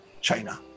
China